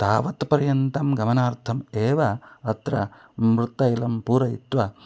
तावत्पर्यन्तं गमनार्थम् एव अत्र मृत्तैलं पूरयित्वा